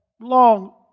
long